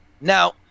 Now